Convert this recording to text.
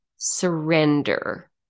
Surrender